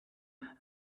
and